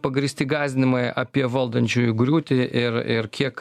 pagrįsti gąsdinimai apie valdančiųjų griūtį ir ir kiek